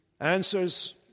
answers